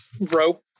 rope